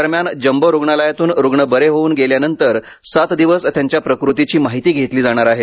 दरम्यान जम्बो रूग्णालयातून रुग्ण बरे होऊन गेल्यानंतर सात दिवस त्यांच्या प्रकृतीची माहिती घेतली जाणार आहे